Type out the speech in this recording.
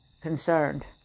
concerned